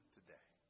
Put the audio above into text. today